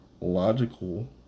logical